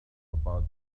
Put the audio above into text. about